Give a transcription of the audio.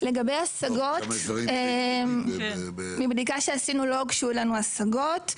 השגות, מבדיקה שעשינו, לא הוגשו לנו השגות.